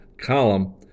column